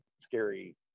scary